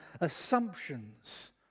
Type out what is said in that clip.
assumptions